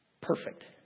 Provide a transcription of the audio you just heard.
perfect